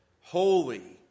Holy